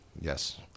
Yes